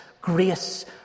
grace